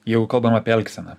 jau kalbam apie elgseną